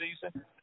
season